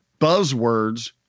buzzwords